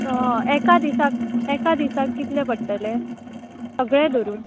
एका दिसाक एका दिसाक कितले पडटले सगळें धरून